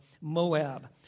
Moab